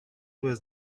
was